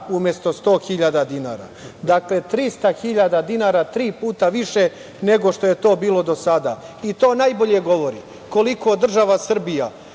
umesto 100.000 dinara. Dakle, 300.000 dinara, tri puta više nego što je to bilo do sada. To najbolje govori koliko država Srbija,